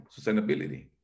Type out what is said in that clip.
sustainability